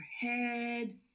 head